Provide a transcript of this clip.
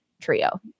trio